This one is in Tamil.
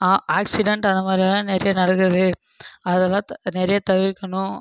ஆ ஆக்சிடென்ட் அந்த மாதிரியெல்லாம் நிறைய நடக்குது அதெல்லாம் நிறைய தவிர்க்கணும்